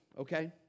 okay